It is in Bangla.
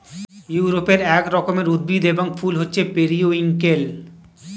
ইউরোপে এক রকমের উদ্ভিদ এবং ফুল হচ্ছে পেরিউইঙ্কেল